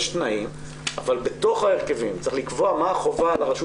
יש תנאים אבל בתוך ההרכבים צריך לקבוע מה החובה על הרשות